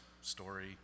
story